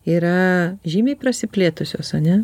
yra žymiai prasiplėtusios ane